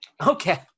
Okay